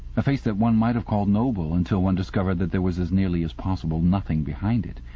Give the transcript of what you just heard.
a face that one might have called noble until one discovered that there was as nearly as possible nothing behind it.